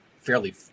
fairly